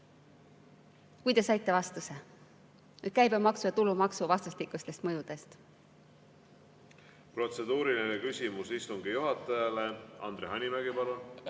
Ehk te saite vastuse käibemaksu ja tulumaksu vastastikustest mõjudest. Protseduuriline küsimus istungi juhatajale, Andre Hanimägi, palun!